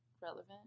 relevant